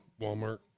Walmart